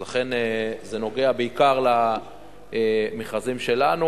אז לכן זה נוגע בעיקר למכרזים שלנו.